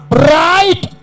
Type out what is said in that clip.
bright